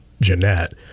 Jeanette